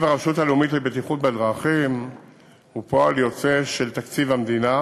הרשות הלאומית לבטיחות בדרכים הוא פועל יוצא של תקציב המדינה,